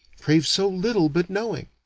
crave so little but knowing.